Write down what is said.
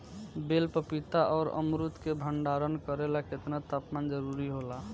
बेल पपीता और अमरुद के भंडारण करेला केतना तापमान जरुरी होला?